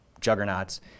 juggernauts